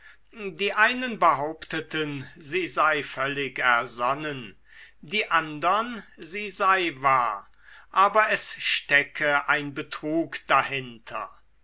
die einen behaupteten sie sei völlig ersonnen die andern sie sei wahr aber es stecke ein betrug dahinter